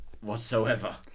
whatsoever